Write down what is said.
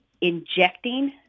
injecting